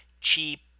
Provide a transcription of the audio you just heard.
cheap